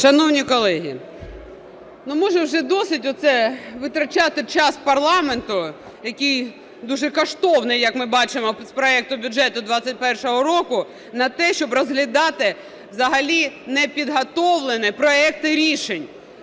Шановні колеги, ну, може вже досить оце витрачати час парламенту, який дуже коштовний, як ми бачимо з проекту бюджету 2021 року, на те, щоб розглядати взагалі непідготовлені проекти рішень.